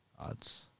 odds